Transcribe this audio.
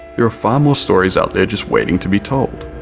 there are far more stories out there just waiting to be told.